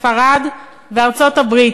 ספרד וארצות-הברית,